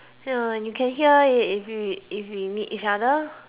ya and you can hear it if we if we meet each other